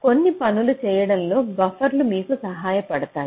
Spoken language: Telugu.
కొన్ని పనులు చేయడంలో బఫర్లు మీకు సహాయపడతాయి